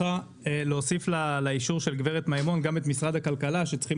אני רוצה להוסיף על האישור של הגב' מימון גם את משרד הכלכלה שצריכים